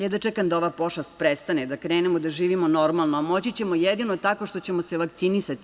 Jedva čekam da ova pošast prestane, da krenemo da živimo normalno, a moći ćemo jedino tako što ćemo se vakcinisati.